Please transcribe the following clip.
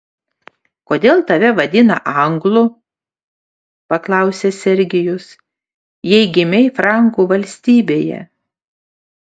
kodėl tave vadina anglu paklausė sergijus jei gimei frankų valstybėje